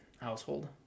household